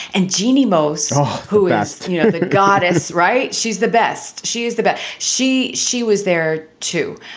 and jenie most who asked, you know, god is right. she's the best. she is the best. she she was there, too.